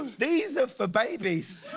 these are for babies.